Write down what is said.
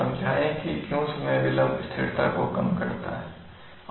समझाएं कि क्यों समय विलंब स्थिरता को कम करता है